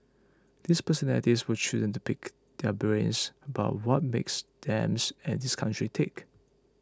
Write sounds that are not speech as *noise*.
these personalities were chosen to pick their brains about what makes them *unintelligible* and this country tick